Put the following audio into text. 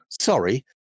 sorry